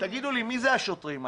תגידו לי מי זה השוטרים האלה?